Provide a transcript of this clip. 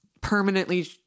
permanently